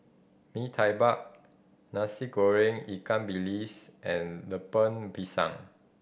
Mee Tai Mak Nasi Goreng ikan bilis and Lemper Pisang